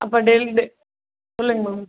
அப்போ டெலி டே சொல்லுங்கள் மேம்